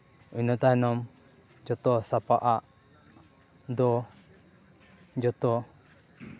ᱤᱱᱟᱹ ᱛᱟᱭᱱᱚᱢ ᱡᱚᱛᱚ ᱥᱟᱯᱟᱵ ᱟᱜ ᱫᱚ ᱡᱚᱛᱚ